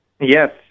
Yes